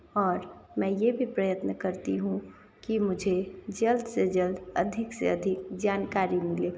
और मैं यह भी प्रयत्न करती हूँ कि मुझे जल्द से जल्द अधिक से अधिक जानकारी मिले